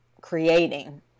creating